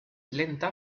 lenta